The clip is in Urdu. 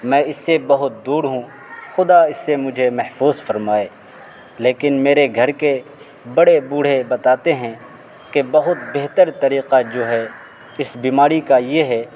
میں اس سے بہت دور ہوں خدا اس سے مجھے محفوظ فرمائے لیکن میرے گھر کے بڑے بوڑھے بتاتے ہیں کہ بہت بہتر طریقہ جو ہے اس بیماری کا یہ ہے